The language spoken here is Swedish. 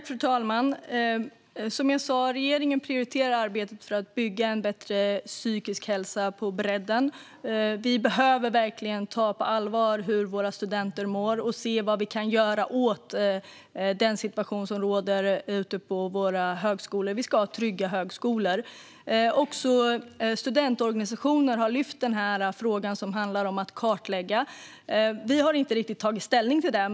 Fru talman! Som jag sa prioriterar regeringen arbetet för att bygga en bättre psykisk hälsa på bredden. Vi behöver verkligen på allvar ta till oss hur studenter mår och se vad vi kan göra åt den situation som råder på högskolorna. Vi ska ha trygga högskolor. Även studentorganisationer har lyft upp frågan om kartläggning. Vi har inte riktigt tagit ställning till detta.